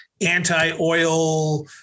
anti-oil